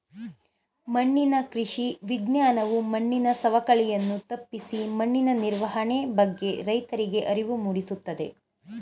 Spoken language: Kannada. ಮಣ್ಣಿನ ಕೃಷಿ ವಿಜ್ಞಾನವು ಮಣ್ಣಿನ ಸವಕಳಿಯನ್ನು ತಪ್ಪಿಸಿ ಮಣ್ಣಿನ ನಿರ್ವಹಣೆ ಬಗ್ಗೆ ರೈತರಿಗೆ ಅರಿವು ಮೂಡಿಸುತ್ತದೆ